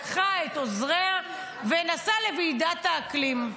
לקחה את עוזריה ונסעה לוועידת האקלים.